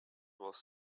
was